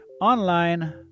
online